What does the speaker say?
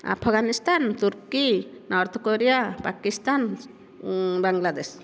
ଆଫଗାନିସ୍ତାନ ତୁର୍କୀ North Korea Pakistan Bangladesh